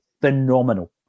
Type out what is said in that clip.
phenomenal